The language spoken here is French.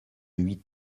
huit